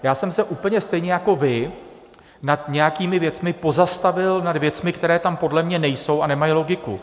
Já jsem se úplně stejně jako vy nad nějakými věcmi pozastavil, nad věcmi, které tam podle mě nejsou a nemají logiku.